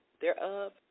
thereof